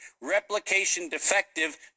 replication-defective